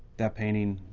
that painting,